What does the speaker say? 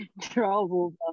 trouble